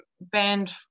banned